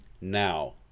now